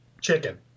chicken